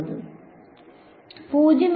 Student It is not at the